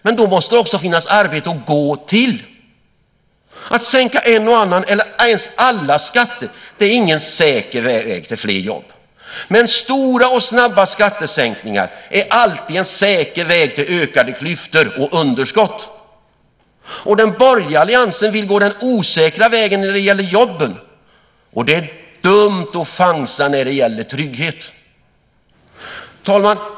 Men då måste det också finnas arbete att gå till. Att sänka en och annan eller ens alla skatter är ingen säker väg till fler jobb. Men stora och snabba skattesänkningar är alltid en säker väg till ökade klyftor och underskott. Och den borgerliga alliansen vill gå den osäkra vägen när det gäller jobben. Och det är dumt att chansa när det gäller trygghet. Herr talman!